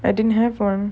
I didn't have one